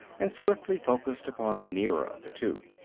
and swiftly focused upon the nearer of the two.